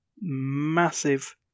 massive